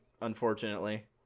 unfortunately